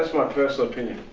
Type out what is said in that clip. my personal opinion.